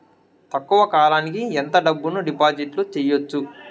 తక్కువ కాలానికి ఎంత డబ్బును డిపాజిట్లు చేయొచ్చు?